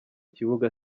kibuga